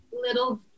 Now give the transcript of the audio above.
little